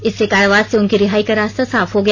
इससे कारावास से उनकी रिहाई का रास्ता साफ हो गया